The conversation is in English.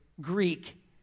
Greek